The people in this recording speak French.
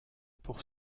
pour